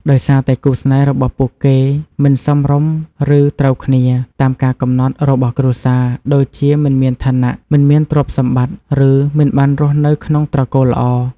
ដោយសារតែគូស្នេហ៍របស់ពួកគេមិន សមរម្យ ឬ ត្រូវគ្នា តាមការកំណត់របស់គ្រួសារ ដូចជាមិនមានឋានៈ មិនមានទ្រព្យសម្បត្តិ ឬមិនបានរស់នៅក្នុងត្រកូលល្អ។